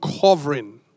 covering